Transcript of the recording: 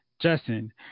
Justin